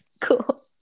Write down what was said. Cool